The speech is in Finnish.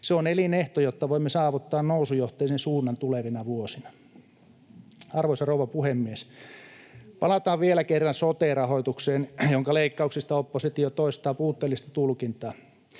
Se on elinehto, jotta voimme saavuttaa nousujohteisen suunnan tulevina vuosina. Arvoisa rouva puhemies! Palataan vielä kerran sote-rahoitukseen, jonka leikkauksista oppositio toistaa puutteellista tulkintaa: